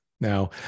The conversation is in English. Now